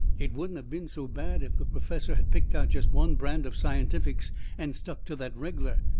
it wouldn't of been so bad if the perfessor had picked out jest one brand of scientifics and stuck to that reg'lar.